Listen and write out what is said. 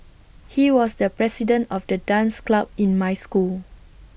he was the president of the dance club in my school